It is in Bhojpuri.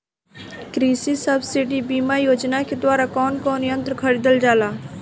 कृषि सब्सिडी बीमा योजना के द्वारा कौन कौन यंत्र खरीदल जाला?